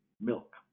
milk